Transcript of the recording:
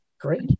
great